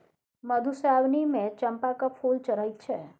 मधुश्रावणीमे चंपाक फूल चढ़ैत छै